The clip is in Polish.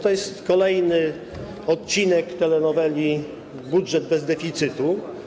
To jest kolejny odcinek telenoweli: budżet bez deficytu.